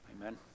Amen